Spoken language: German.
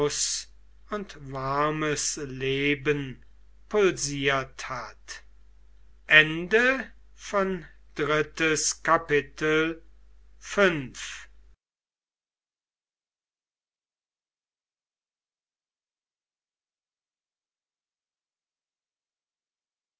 und warmes leben pulsiert hat drittes kapitel